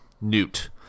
Newt